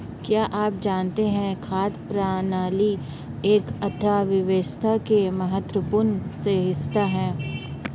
क्या आप जानते है खाद्य प्रणाली एक अर्थव्यवस्था का महत्वपूर्ण हिस्सा है?